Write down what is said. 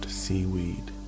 seaweed